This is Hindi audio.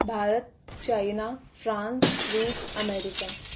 भारत चाइना फ्रांस रूस अमेरिका